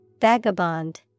vagabond